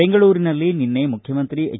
ಬೆಂಗಳೂರಿನಲ್ಲಿ ನಿನ್ನೆ ಮುಖ್ಚಮಂತ್ರಿ ಎಚ್